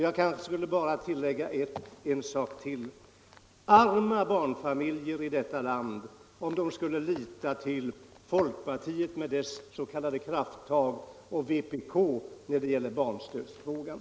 Jag skulle bara vilja tillägga: Arma barnfamiljer i detta land om de skulle lita till folkpartiet med dess s.k. krafttag och vpk när det gäller barnstödsfrågan.